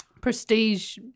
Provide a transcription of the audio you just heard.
prestige